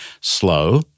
slow